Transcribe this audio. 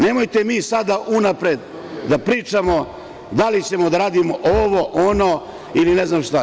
Nemojte sada unapred da pričamo da li ćemo da radimo ovo, ono ili ne znam šta.